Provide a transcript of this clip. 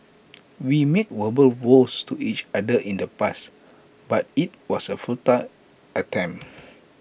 we made verbal vows to each other in the past but IT was A futile attempt